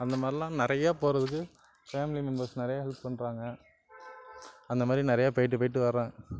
அந்த மாதிரிலாம் நிறையா போகிறதுக்கு ஃபேமிலி மெம்பர்ஸ் நிறைய ஹெல்ப் பண்ணுறாங்க அந்த மாதிரி நிறைய போய்ட்டு போய்ட்டு வரன்